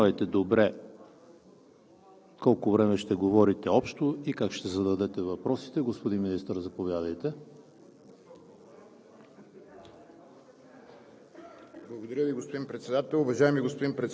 но Ви моля наистина, колеги, когато говорите от трибуната, преценявайте добре колко време ще говорите общо и как ще зададете въпросите. Господин Министър, заповядайте.